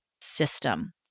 system